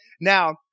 now